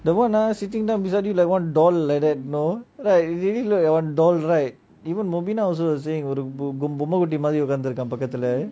the one ah sitting down beside you like one doll like that no right really look like one doll right even mobina also saying ஒரு பொம்மகுட்டி ஊகாந்து இருக்கான் பக்கத்துல:oru bommakutty maadiri ookandhu irukkan pakathula